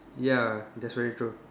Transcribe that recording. ya that's why we throw